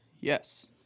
Yes